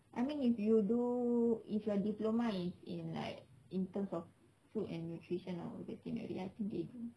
I mean if you do if your diploma is in like in terms of food and recreation or veterinary I think they